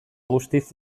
guztiz